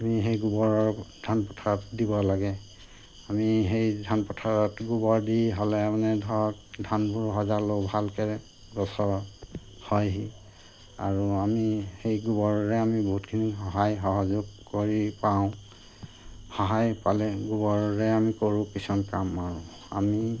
আমি সেই গোবৰৰ ধান পথাৰত দিব লাগে আমি সেই ধান পথাৰত গোবৰ দি হ'লে মানে ধৰক ধানবোৰ সজালোঁ ভালকৈ গছৰ হয় সি আৰু আমি সেই গোবৰৰে আমি বহুতখিনি সহায় সহযোগ কৰি পাওঁ সহায় পালে গোবৰেৰে আমি কৰোঁ কিছুমান কাম আৰু আমি